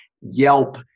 Yelp